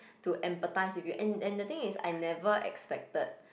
to empathise with you and and the thing is I never expected